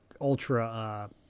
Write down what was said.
ultra